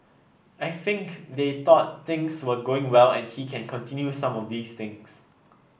I think they thought things were going well and he can continue some of these things